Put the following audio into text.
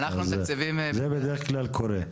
זה בדרך כלל קורה.